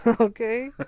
okay